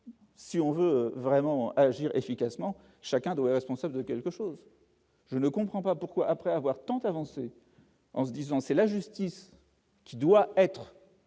si on veut vraiment agir efficacement, chacun doit responsable de quelque chose. Je ne comprends pas pourquoi après avoir tant avancer en se disant : c'est la justice qui doit être la